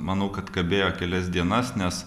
manau kad kabėjo kelias dienas nes